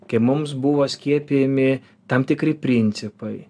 kai mums buvo skiepijami tam tikri principai